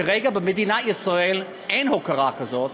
כרגע במדינת ישראל אין הוקרה כזאת